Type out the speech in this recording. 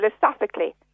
philosophically